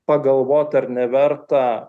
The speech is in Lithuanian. pagalvot ar neverta